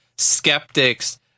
skeptics